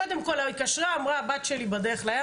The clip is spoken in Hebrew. קודם כל התקשרה, אמרה, הבת שלי עכשיו בדרך לים,